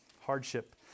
hardship